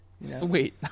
Wait